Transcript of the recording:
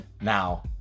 Now